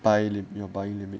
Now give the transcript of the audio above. buy your buying limit